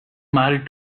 married